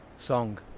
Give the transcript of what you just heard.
song